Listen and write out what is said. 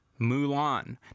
Mulan